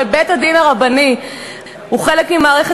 הרי בית-הדין הרבני הוא חלק ממערכת